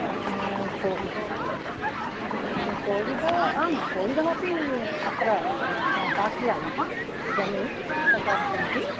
को कोविदः आम् कोविदः अपि अत्र पाठयामः गणे शिक्षकाः सन्ति